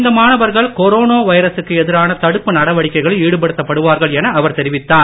இந்த மாணவர்கள் கொரோனா வைரசுக்கு எதிரான தடுப்பு நடவடிக்கைகளில் ஈடுபடுத்தப்படுவார்கள் என அவர் தெரிவித்தார்